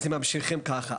אז הם ממשיכים כך.